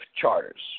charters